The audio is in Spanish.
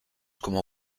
como